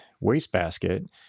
wastebasket